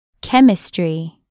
Chemistry